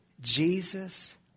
Jesus